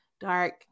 dark